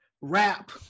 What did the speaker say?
rap